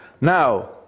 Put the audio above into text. Now